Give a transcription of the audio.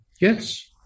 Yes